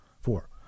Four